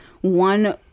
one